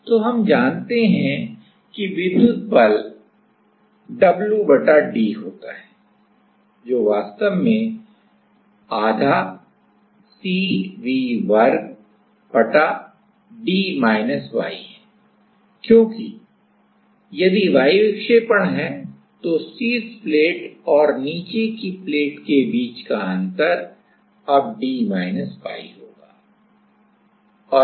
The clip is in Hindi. तो हम जानते हैं कि विद्युत बल w बटा d होता है जो वास्तव में आधा CV वर्ग बटा d y है क्योंकि यदि y विक्षेपण है तो शीर्ष प्लेट और नीचे की प्लेट के बीच का अंतर अब d y होगा